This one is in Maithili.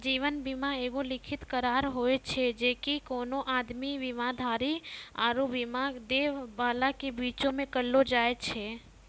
जीवन बीमा एगो लिखित करार होय छै जे कि कोनो आदमी, बीमाधारी आरु बीमा दै बाला के बीचो मे करलो जाय छै